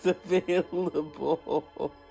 available